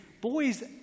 boys